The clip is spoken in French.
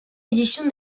édition